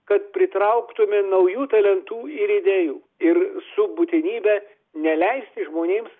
kad pritrauktume naujų talentų ir idėjų ir su būtinybe neleisti žmonėms